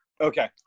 Okay